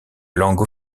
langue